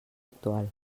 actual